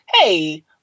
hey